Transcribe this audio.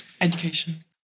Education